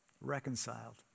reconciled